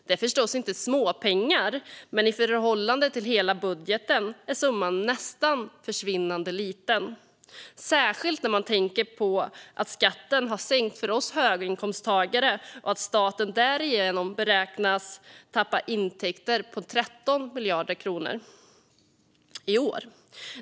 Det är förstås inte småpengar, men i förhållande till hela budgeten är summan nästan försvinnande liten, särskilt när man tänker på att skatten har sänkts för oss höginkomsttagare och att staten därigenom beräknas tappa intäkter på 13 miljarder kronor i år.